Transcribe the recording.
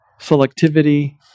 selectivity